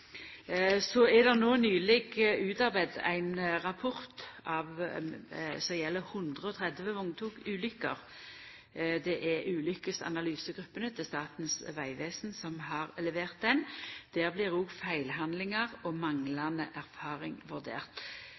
Så er det no nyleg utarbeidd ein rapport som gjeld 130 vogntogulykker. Det er ulykkesanalysegruppene til Statens vegvesen som har levert han. Der blir òg feilhandlingar og manglande erfaring